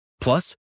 Plus